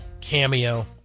cameo